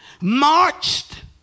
marched